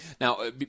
Now